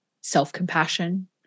self-compassion